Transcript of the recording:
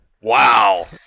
Wow